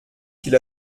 qu’il